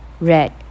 Red